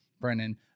Brennan